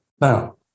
Now